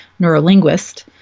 neurolinguist